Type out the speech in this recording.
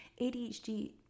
ADHD